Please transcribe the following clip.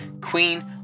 queen